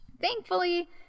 thankfully